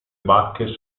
bacche